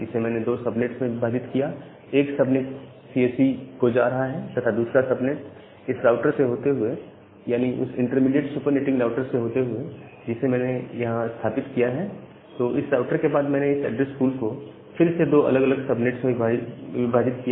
मैंने इसे दो सबनेट्स में विभाजित किया एक सबनेट सीएसई को जा रहा है तथा दूसरा सबनेट इस राउटर से होते हुए यानी इस इंटरमीडिएट सुपर नेटिंग राउटर से होते हुए जिसे मैंने यहां स्थापित किया है तो इस राउटर के बाद मैंने इस एड्रेस पूल को फिर से दो अलग अलग सबनेट्स में विभाजित किया है